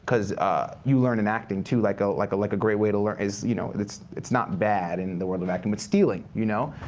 because you learn in acting too, like ah like like a great way to learn you know it's it's not bad in the world of acting but stealing, you know?